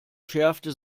schärfte